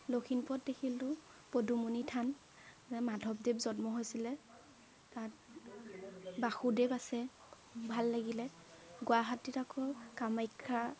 লখিমপুৰত দেখিলোঁ পদুমণি থান য'ত মাধৱদেৱ জন্ম হৈছিলে তাত বাসুদেৱ আছে ভাল লাগিলে গুৱাহাটীত আকৌ কামাখ্যা